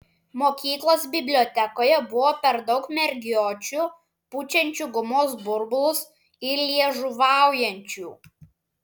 mokyklos bibliotekoje buvo per daug mergiočių pučiančių gumos burbulus ir liežuvaujančių